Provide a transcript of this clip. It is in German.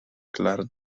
klar